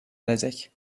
erecek